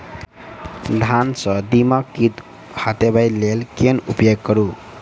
धान सँ दीमक कीट हटाबै लेल केँ उपाय करु?